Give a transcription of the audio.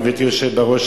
גברתי היושבת-ראש,